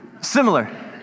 Similar